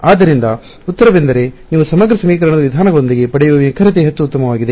ಆದ್ದರಿಂದ ಉತ್ತರವೆಂದರೆ ನೀವು ಸಮಗ್ರ ಸಮೀಕರಣದ ವಿಧಾನಗಳೊಂದಿಗೆ ಪಡೆಯುವ ನಿಖರತೆ ಹೆಚ್ಚು ಉತ್ತಮವಾಗಿದೆ